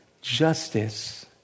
justice